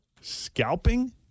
scalping